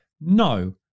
No